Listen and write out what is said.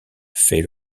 feit